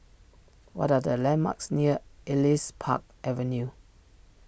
what are the landmarks near Elias Park Avenue